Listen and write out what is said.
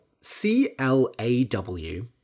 C-L-A-W